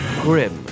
Grim